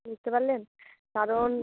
বুঝতে পারলেন কারণ